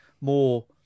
more